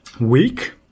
week